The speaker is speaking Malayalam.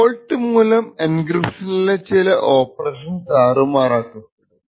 ഫോൾട്ട് മൂലം എൻക്രിപ്ഷനിലെ ചില ഓപ്പറേഷൻ താറുമാറാക്കപ്പെടും